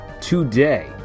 today